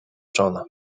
czona